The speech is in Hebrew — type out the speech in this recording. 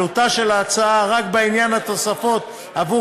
עלותה של ההצעה רק בעניין התוספות עבור